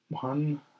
One